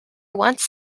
once